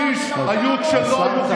6,400 מתים היו אצלך.